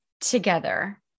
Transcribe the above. together